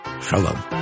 Shalom